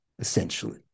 essentially